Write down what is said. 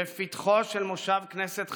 בפתחו של מושב כנסת חדש,